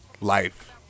life